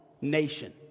nation